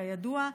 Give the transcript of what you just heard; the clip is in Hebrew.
כידוע,